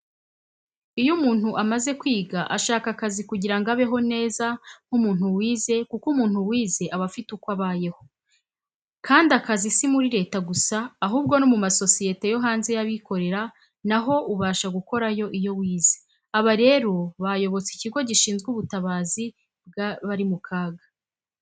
Iyo umuntu amaze kwiga ashaka akazi kugirango abeho neza nk'umuntu wize kuko umuntu wize aba afite uko abayeho. kandi akazi simuri leta gusa ahubwo no mumasosiyete yohanze yabikorera naho ubasha gukorayo iyo wize. aba rero bayobotse ikigo gishinzwe ubutabazi bwabari mukaga.